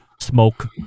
smoke